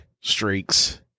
streaks